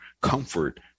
comfort